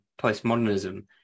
postmodernism